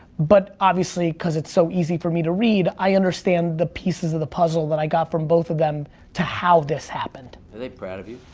but obviously cause it's so easy for me to read, i understand the pieces of the puzzle that i got from both of them to how this happened. are they proud of you?